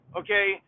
okay